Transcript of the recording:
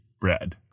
bread